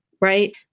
right